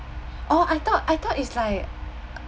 orh I thought I thought is like